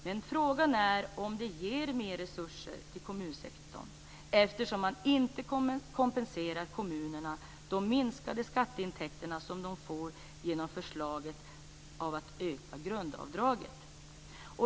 Men frågan är om det ger mer resurser till kommunsektorn, eftersom man inte kompenserar kommunerna för de minskade skatteintäkter som de får genom förslaget att öka grundavdraget.